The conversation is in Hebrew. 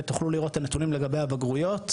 ותוכלו לראות את הנתונים לגבי הבגרויות,